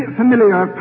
familiar